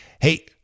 Hey